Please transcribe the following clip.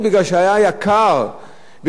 כי הם חשבו שזה לא צריך לאפיין,